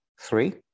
Three